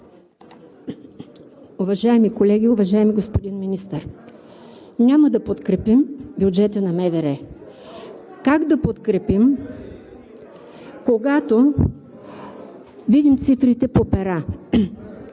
Уважаеми колеги! Уважаеми господин Министър, няма да подкрепим бюджета на МВР. Как да го подкрепим, когато видим цифрите по пера?